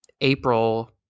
April